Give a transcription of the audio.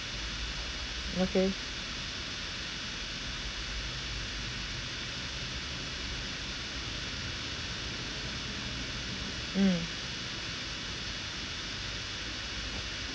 okay mm